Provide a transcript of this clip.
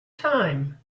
time